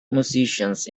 musicians